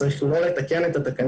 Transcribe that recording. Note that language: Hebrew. לא צריך לתקן את התקנות,